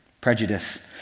Prejudice